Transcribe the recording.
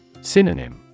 Synonym